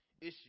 issue